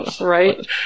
Right